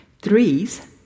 Threes